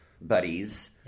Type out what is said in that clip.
buddies